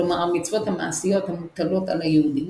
כלומר המצוות המעשיות המוטלות על היהודים,